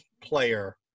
player